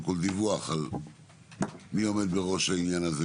כל דיווח על מי עומד בראש העניין הזה,